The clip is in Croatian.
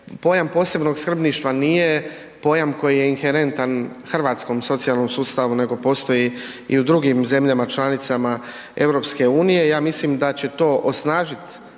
pojam posebnog skrbništva nije pojam koji je inherentan hrvatskom socijalnom sustavu nego postoji i u drugim zemljama članicama EU i ja mislim da će to osnažiti